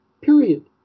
period